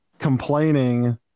complaining